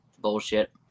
bullshit